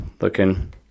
looking